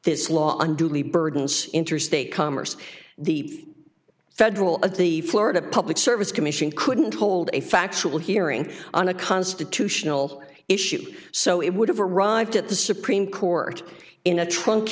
this law unduly burdens interstate commerce the federal of the florida public service commission couldn't hold a factual hearing on a constitutional issue so it would have arrived at the supreme court in a trun